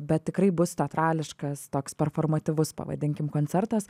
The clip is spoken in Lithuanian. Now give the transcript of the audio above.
bet tikrai bus teatrališkas toks performativus pavadinkim koncertas